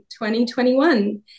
2021